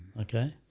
okay,